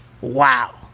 Wow